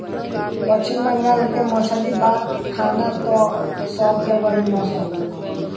पश्चिम बंगाल के मछरी बात खाना तअ सब जगही मसहूर हवे